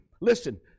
listen